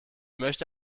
möchte